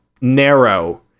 narrow